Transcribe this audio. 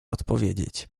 odpowiedzieć